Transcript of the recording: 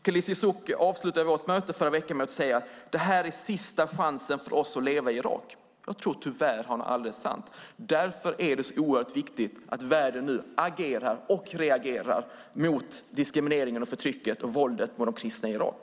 Khalis Lesuc avslutade vårt möte förra veckan med att säga att det här är sista chansen för oss att leva i Irak. Jag tror tyvärr att det han sade är alldeles sant. Därför är det oerhört viktigt att världen nu agerar och reagerar mot diskrimineringen, förtrycket och våldet mot de kristna i Irak.